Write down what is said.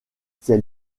c’est